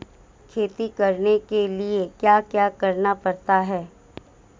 खेती करने के लिए क्या क्या करना पड़ता है?